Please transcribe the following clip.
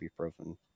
ibuprofen